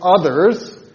others